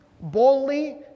boldly